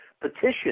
petition